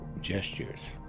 gestures